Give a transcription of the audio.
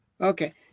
Okay